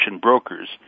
brokers